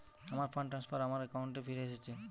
আমার fund transfer আমার অ্যাকাউন্টে ফিরে এসেছে